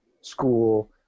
school